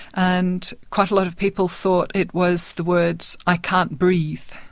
and quite a lot of people thought it was the words, i can't breath.